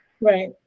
Right